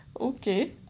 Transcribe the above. Okay